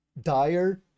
dire